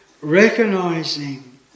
recognizing